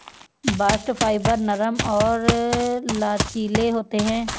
bast fibre नरम और लचीले होते हैं